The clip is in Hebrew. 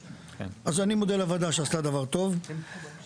אז אני מודה לוועדה שעשתה דבר טוב בהיעדרי.